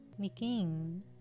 Begin